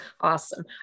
Awesome